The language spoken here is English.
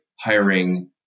hiring